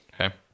Okay